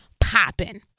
Popping